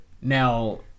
Now